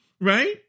Right